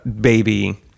baby